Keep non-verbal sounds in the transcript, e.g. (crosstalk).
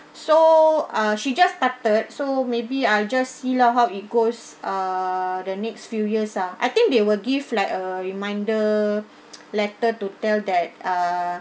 so uh she just started so maybe I'll just see loh how it goes ah the next few years ah I think they will give like a reminder (noise) letter to tell that uh